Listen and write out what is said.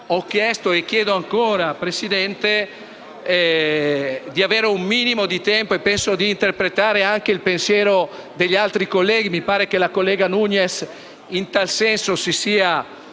Ho chiesto e chiedo ancora, signor Presidente, di avere un minimo di tempo e penso di interpretare anche il pensiero degli altri colleghi. Mi pare che la collega Nugnes si sia